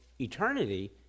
eternity